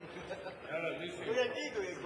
יאללה, נסים, הוא יגיד, הוא יגיד.